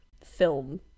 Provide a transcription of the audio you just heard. film